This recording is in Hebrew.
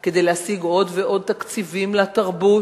כדי להשיג עוד ועוד תקציבים לתרבות,